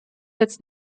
jetzt